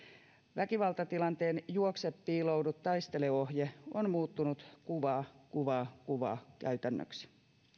väkivaltatilanteen juokse piiloudu taistele ohje on muuttunut kuvaa kuvaa kuvaa käytännöksi